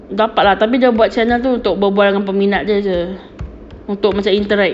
dapat lah tapi dia buat channel untuk berbual dengan peminat dia jer untuk macam interact